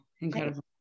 Incredible